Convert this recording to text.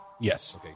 Yes